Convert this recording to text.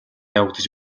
явагдаж